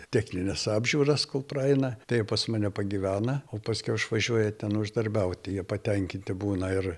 technines apžiūras kol praeina taip pas mane pagyvena o paskiau išvažiuoja ten uždarbiauti jie patenkinti būna ir